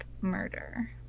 murder